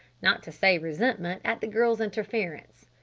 not to say resentment, at the girl's interference.